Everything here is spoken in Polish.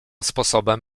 sposobem